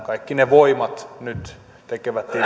kaikki ne voimat nyt tekevät